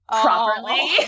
properly